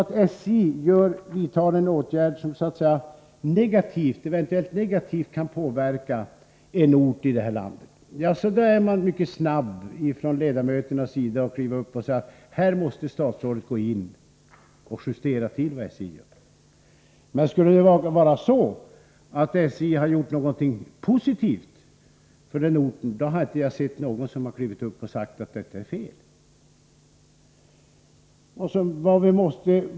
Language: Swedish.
Om SJ vidtar en åtgärd som negativt påverkar en viss ort i det här landet, är ledamöterna i den landsändan mycket snabba med att kräva att statsrådet skall ingripa och justera vad SJ gjort. Men om SJ gör någonting positivt för en ort, är det ingen som stiger upp och säger någonting.